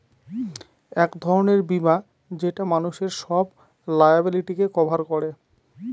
এক ধরনের বীমা যেটা মানুষের সব লায়াবিলিটিকে কভার করে